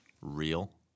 real